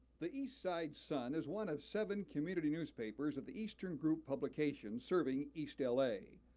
the eastside sun, is one of seven community newspapers of the eastern group publications serving east l. a.